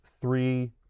three